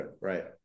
Right